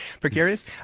precarious